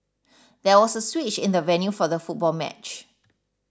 there was a switch in the venue for the football match